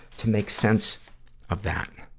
to make sense of that.